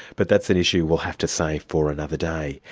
but that's an issue we'll have to save for another day.